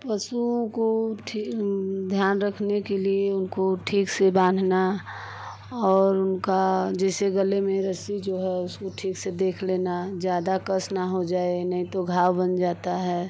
पशुओं को ठी ध्यान रखने के लिए उनको ठीक से बांधना और उनका जैसे गले में रस्सी जो है उसको ठीक से देख लेना ज़्यादा कस न हो जाए नहीं तो घाव बन जाता है